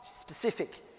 Specific